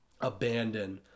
abandon